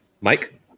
Mike